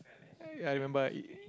ah ya I remember I